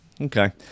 Okay